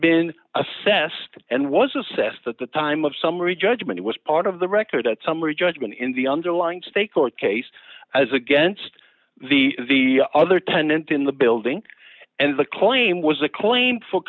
been assessed and was assessed at the time of summary judgment was part of the record at summary judgment in the underlying state court case as against the the other tenant in the building and the claim was a claim